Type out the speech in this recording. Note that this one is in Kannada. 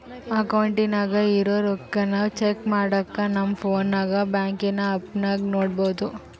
ಅಕೌಂಟಿನಾಗ ಇರೋ ರೊಕ್ಕಾನ ಚೆಕ್ ಮಾಡಾಕ ನಮ್ ಪೋನ್ನಾಗ ಬ್ಯಾಂಕಿನ್ ಆಪ್ನಾಗ ನೋಡ್ಬೋದು